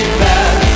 bad